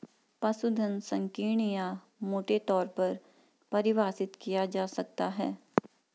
पशुधन संकीर्ण या मोटे तौर पर परिभाषित किया जा सकता है